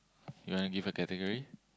you wanna give a category